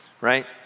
right